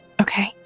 Okay